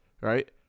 right